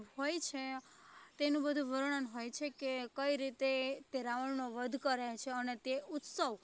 હોય છે તેનું બધું વર્ણન હોય છે કે કઈ રીતે તે રાવણનો વધ કરે છે અને તે ઉત્સવ